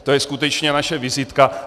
To je skutečně naše vizitka.